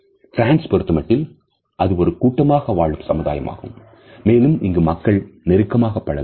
பிரான்ஸை பொருத்தமட்டில் அது ஒரு கூட்டமாக வாழும் சமுதாயம் ஆகும் மேலும் இங்கு மக்கள் நெருக்கமாக பழகுவர்